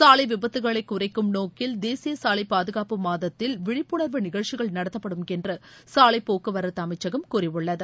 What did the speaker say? சாலை விபத்துகளை குறைக்கும் நோக்கில் தேசிய சாலை பாதுகாப்பு மாதத்தில் விழிப்புணர்வு நிகழ்ச்சிகள் நடத்தப்படும் என்று சாலைப் போக்குவரத்து அமைச்சகம் கூறியுள்ளது